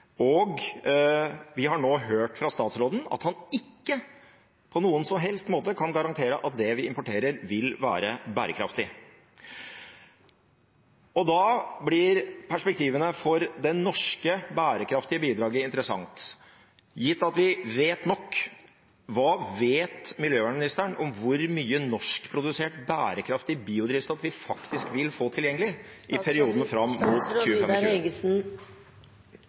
og vi har nå hørt fra statsråden at han ikke på noen som helst måte kan garantere at det vi importerer, vil være bærekraftig. Da blir perspektivene for det norske bærekraftige bidraget interessant. Gitt at vi vet nok: Hva vet miljøministeren om hvor mye norskprodusert bærekraftig biodrivstoff vi faktisk vil få tilgjengelig i perioden fram